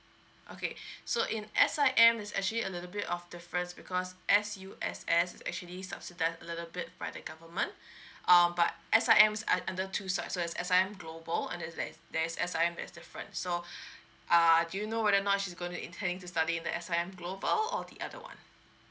okay so in S_I_M is actually a little bit of difference because S_U_S_S is actually subsidised a little bit by the government um but S_I_M is un~ under two sites so there's S_I_M global and then like there is S_I_M that's different so uh do you know whether or not she's gonna intending to study in the S_I_M global or the other one